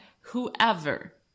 whoever